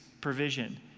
provision